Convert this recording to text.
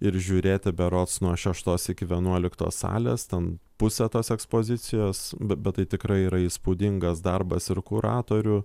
ir žiūrėti berods nuo šeštos iki vienuoliktos salės ten pusę tos ekspozicijos bet bet tai tikrai yra įspūdingas darbas ir kuratorių